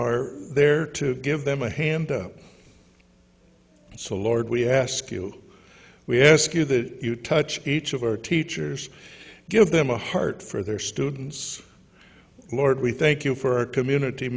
are there to give them a hand so lord we ask you we ask you that you touch each of our teachers give them a heart for their students lord we thank you for community